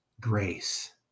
grace